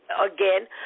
again